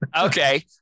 Okay